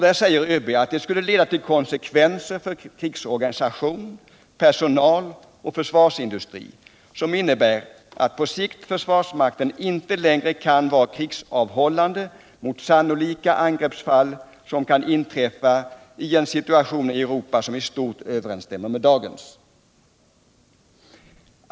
Där säger ÖB att den nivån skulle leda till konsekvenser för krigsorganisation, personal och försvarsindustri som innebär att på sikt försvarsmakten inte längre kan vara krigsavhållande mot sannolika angreppsfall som kan inträffa i en situation i Europa som i stort överensstämmer med dagens.